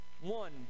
One